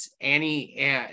Annie